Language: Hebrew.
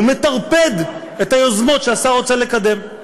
ומטרפד את היוזמות שהשר רוצה לקדם.